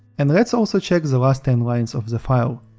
and let's also check the last ten lines of the file,